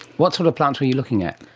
what sort of plants were you looking at?